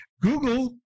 Google